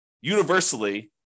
universally